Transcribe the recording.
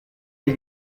mes